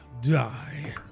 die